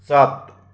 सात